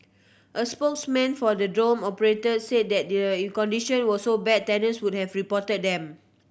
a spokesman for the dorm operator said that their condition were so bad tenants would have reported them